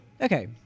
okay